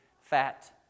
fat